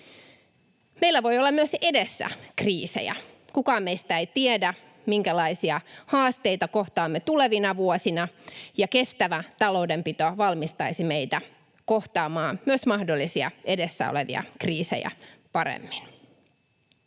Meillä voi olla myös edessä kriisejä. Kukaan meistä ei tiedä, minkälaisia haasteita kohtaamme tulevina vuosina, ja kestävä taloudenpito valmistaisi meitä kohtaamaan myös mahdollisia edessä olevia kriisejä paremmin.